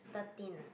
thirteen